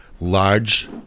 large